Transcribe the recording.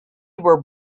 were